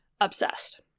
obsessed